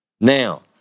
Now